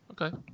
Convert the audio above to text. Okay